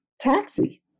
taxi